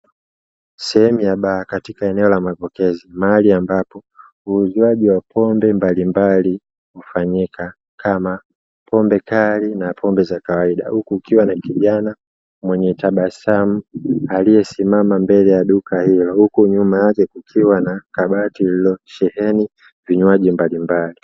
Sehemu ya baa katika eneo la mapokezi mahali ambapo uuzaji wa pombe mbalimbali hufanyika kama pombe kali na pombe za kawaida, huku kukiwa na kijana mwenye tabasamu aliyesimama mbele ya duka hilo, huku nyuma yake kukiwa na kabati lililosheheni vinywaji mbalimbali.